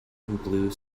blue